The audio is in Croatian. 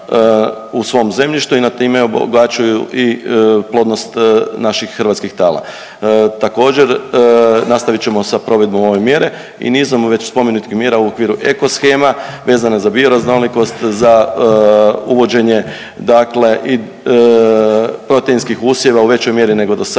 u svom zemljištu i time obogaćuju i plodnost naših hrvatskih tala. Također nastavit ćemo sa provedbom ove mjere i nizom već spomenutih mjera u okviru eko shema vezane za bioraznolikost, za uvođenje dakle i proteinskih usjeva u većoj mjeri nego do sada